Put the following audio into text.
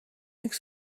make